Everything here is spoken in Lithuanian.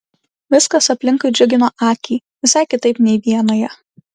viskas aplinkui džiugino akį visai kitaip nei vienoje